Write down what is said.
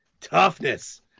toughness